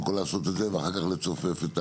כל לעשות את זה ואחר כך לצופף את הערים,